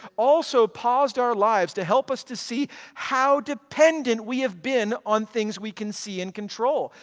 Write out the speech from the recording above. also paused our lives to help us to see how dependent we have been on things we can see and control,